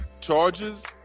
charges